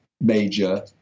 major